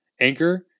Anchor